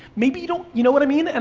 maybe you don't, you know what i mean? and